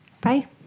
bye